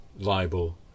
libel